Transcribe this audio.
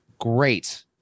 great